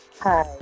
Hi